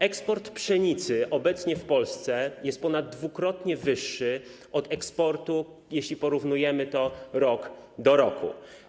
Eksport pszenicy obecnie w Polsce jest ponaddwukrotnie wyższy od eksportu, jeśli porównujemy to rok do roku.